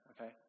okay